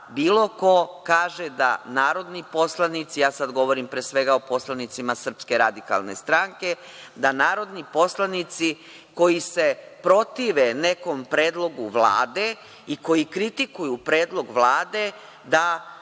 bilo ko kaže da narodni poslanici, ja sad govorim pre svega o poslanicima SRS, da narodni poslanici koji se protive nekom predlogu Vlade i koji kritikuju predlog Vlade, da